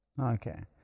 okay